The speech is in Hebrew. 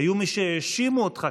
היו מי שהאשימו אותך,